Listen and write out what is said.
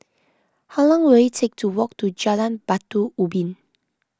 how long will it take to walk to Jalan Batu Ubin